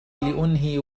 لأنهي